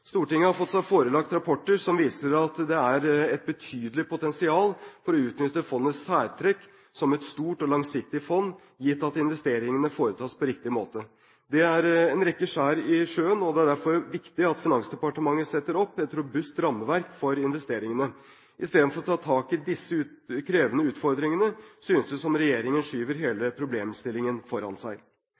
Stortinget har fått seg forelagt rapporter som viser at det er et betydelig potensial for å utnytte fondets særtrekk som et stort og langsiktig fond, gitt at investeringene foretas på riktig måte. Det er en rekke skjær i sjøen, og det er derfor viktig at Finansdepartementet setter opp et robust rammeverk for investeringene. I stedet for å ta tak i disse krevende utfordringene synes det som om regjeringen skyver hele problemstillingen foran seg.